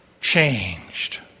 changed